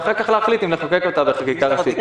ואחר כך להחליט אם לחוקק אותה בחקיקה ראשית.